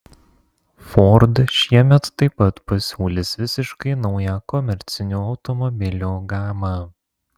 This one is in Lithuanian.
ford šiemet taip pat pasiūlys visiškai naują komercinių automobilių gamą